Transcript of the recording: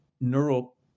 neural